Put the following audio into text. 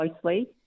closely